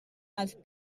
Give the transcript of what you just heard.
els